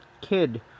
kid